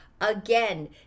Again